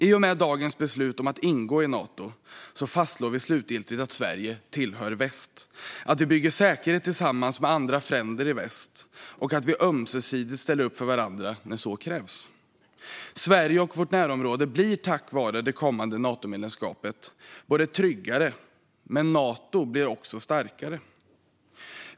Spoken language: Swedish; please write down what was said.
I och med dagens beslut om att ingå i Nato fastslår vi slutgiltigt att Sverige tillhör väst, att vi bygger säkerhet tillsammans med fränder i väst och att vi ömsesidigt ställer upp för varandra när så krävs. Sverige och vårt närområde blir tack vare det kommande Natomedlemskapet tryggare, och Nato blir starkare.